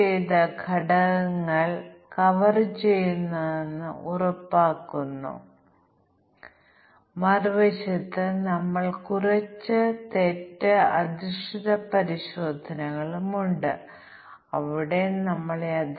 തുടർന്ന് ഞങ്ങൾ ദുർബലമായ തുല്യതാ പരിശോധന ശക്തമായ തുല്യതാ പരിശോധന ശക്തമായ പരിശോധന തുടങ്ങിയവയുടെ ആശയങ്ങൾ നോക്കുകയായിരുന്നു